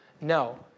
No